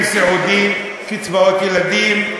ביטוח סיעודי, קצבאות ילדים,